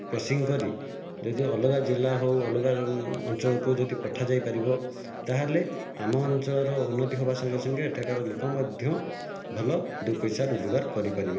crushing କରି ଯଦି ଅଲଗା ଜିଲ୍ଲା ହେଉ ଅଲଗା ଅଞ୍ଚଳକୁ ଯଦି ପଠାଯାଇପାରିବ ତା'ହେଲେ ଆମ ଅଞ୍ଚଳର ଉନ୍ନତି ହେବା ସଙ୍ଗେ ସଙ୍ଗେ ଏଠାକାର ଲୋକ ମଧ୍ୟ ଭଲ ଦୁଇ ପଇସା ରୋଜଗାର କରିପାରିବେ